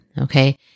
Okay